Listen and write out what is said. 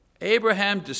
Abraham